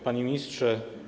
Panie Ministrze!